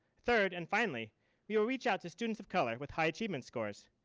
third and finally we will reach out to students of color with high achievement scores.